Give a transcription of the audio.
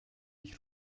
ich